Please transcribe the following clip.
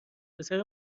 پسر